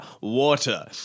water